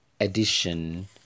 edition